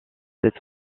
cette